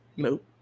Nope